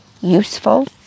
useful